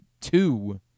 two